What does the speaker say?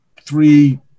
three